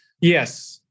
Yes